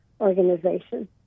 organization